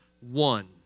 one